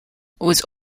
was